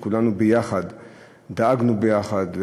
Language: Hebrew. שכולנו דאגנו ביחד,